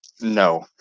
no